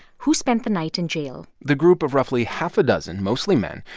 who spent the night in jail the group of roughly half a dozen, mostly men,